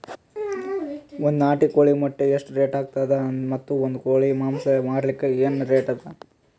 ಒಂದ್ ನಾಟಿ ಕೋಳಿ ಮೊಟ್ಟೆ ಎಷ್ಟ ರೇಟ್ ಅದ ಮತ್ತು ಒಂದ್ ಕೋಳಿ ಮಾಂಸ ಮಾರಲಿಕ ಏನ ರೇಟ್ ಅದ?